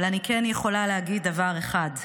אבל אני כן יכולה להגיד דבר אחד: